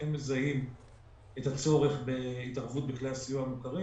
אנחנו כן מזהים את הצורך בהתערבות בכלי סיוע מוכרים.